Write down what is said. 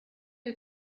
you